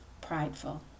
prideful